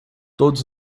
todos